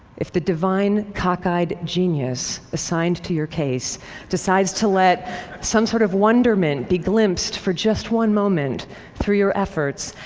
if the divine, cockeyed genius assigned to your case decides to let some sort of wonderment be glimpsed, for just one moment through your efforts,